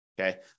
Okay